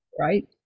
right